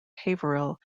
haverhill